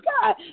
God